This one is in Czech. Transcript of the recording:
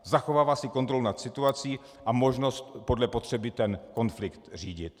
Zachovává si kontrolu nad situací a možnost podle potřeby ten konflikt řídit.